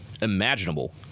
imaginable